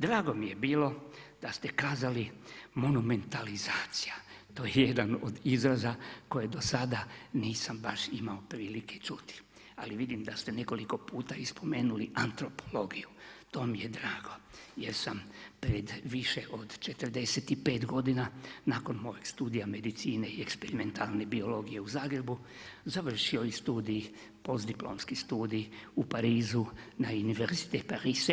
Drago mi je bilo da ste kazali monumentalizacija to je jedan od izraza koje do sada nisam imao baš prilike čuti, ali vidim da ste nekoliko puta i spomenuli antropologiju, to mi je drago jer sam pred više od 45 godina nakon mojeg studija medicine i eksperimentalne biologije u Zagrebu završio i studij, postdiplomski studij u Parizu na Univerzitet Pariz